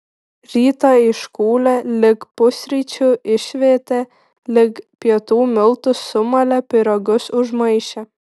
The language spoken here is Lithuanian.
rytą iškūlė lig pusryčių išvėtė lig pietų miltus sumalė pyragus užmaišė